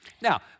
Now